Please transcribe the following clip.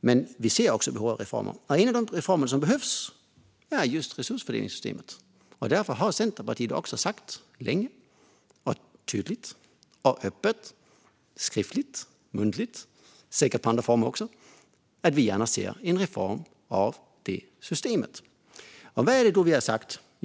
men vi ser också behov reformer. En av de reformer som behövs är resursfördelningssystemet, och därför har Centerpartiet länge sagt - tydligt och öppet, skriftligt och muntligt och säkert i andra former också - att vi gärna ser en reform av systemet. Vad är det då vi har sagt?